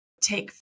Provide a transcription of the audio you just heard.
take